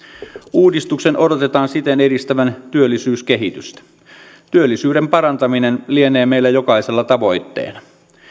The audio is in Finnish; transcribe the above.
uudistuksen odotetaan siten edistävän työllisyyskehitystä työllisyyden parantaminen lienee meillä jokaisella tavoitteena